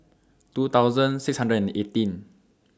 two thousand six hundred and eighteen